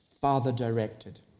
father-directed